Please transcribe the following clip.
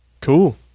Cool